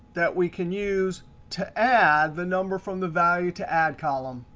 that we can use to add the number from the value to add column.